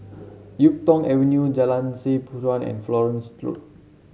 YuK Tong Avenue Jalan Seh Chuan and Florence Road